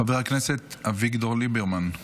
חבר הכנסת אביגדור ליברמן,